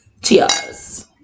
cheers